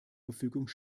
verfügung